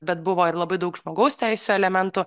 bet buvo ir labai daug žmogaus teisių elementų